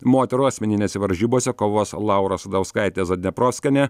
moterų asmeninėse varžybose kovos laura asadauskaitė zadneprovskienė